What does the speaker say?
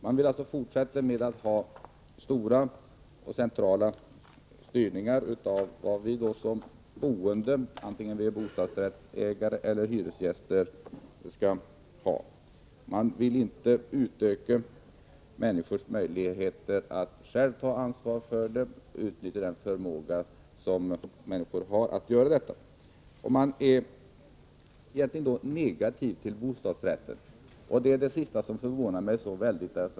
Man vill fortsätta att ha en stark centralstyrning av vad vi som boende, vare sig vi är bostadsrättsägare eller hyresgäster, skall få. Man vill inte utöka människors möjligheter att själva ta ansvar och att utnyttja sin förmåga till detta. Man är negativ till bostadsrätter. Det är detta som förvånar mig så mycket.